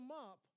up